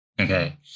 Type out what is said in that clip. Okay